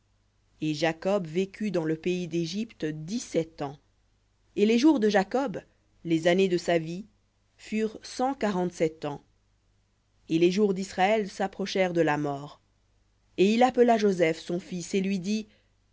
et jacob vécut dans le pays d'égypte dix-sept ans et les jours de jacob les années de sa vie furent cent quarante-sept ans et les jours d'israël s'approchèrent de la mort et il appela joseph son fils et lui dit